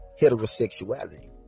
heterosexuality